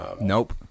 Nope